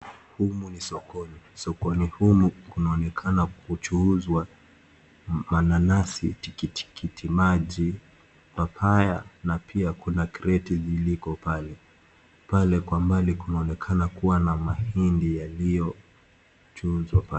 Humu ni sokoni. Sokono humu kunaonekana kuchuuzwa mananasi, tikitiki maji, papaya na pia kuna kreti ziliko pale. Pale kwa mbali kunaonekana kuwa na mahindi yaliyochuuzwa pale.